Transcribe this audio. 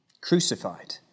Crucified